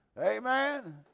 Amen